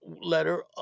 letter